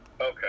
Okay